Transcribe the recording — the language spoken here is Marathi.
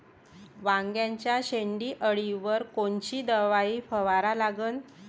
वांग्याच्या शेंडी अळीवर कोनची दवाई फवारा लागन?